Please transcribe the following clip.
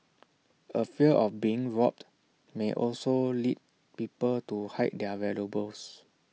A fear of being robbed may also lead people to hide their valuables